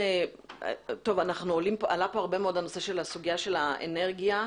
עלתה כאן הרבה מאוד סוגיית האנרגיה.